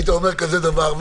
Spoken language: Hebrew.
אם היית אומר כזה דבר,